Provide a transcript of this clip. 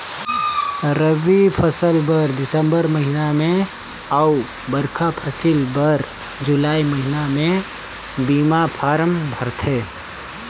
रबी फसिल बर दिसंबर महिना में अउ खरीब फसिल बर जुलाई महिना में बीमा फारम भराथे